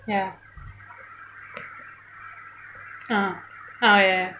ya uh uh ya ya